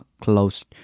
close